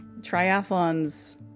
triathlons